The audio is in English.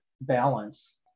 balance